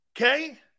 Okay